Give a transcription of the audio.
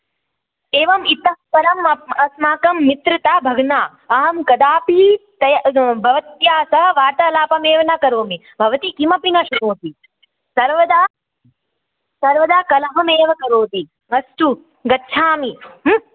एवम् इतः परं अप् अस्माकं मित्रता भग्ना अहं कदापि तया भवत्या सह वार्तालापम् एव न करोमि भवती किमपि न शृणोति सर्वदा सर्वदा कलहम् एव करोति अस्तु गच्छामि